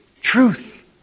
truth